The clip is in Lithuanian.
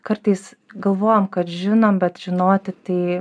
kartais galvojam kad žinom bet žinoti tai